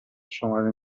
شماری